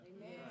Amen